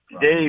Dave